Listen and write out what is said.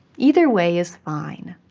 either way is fine.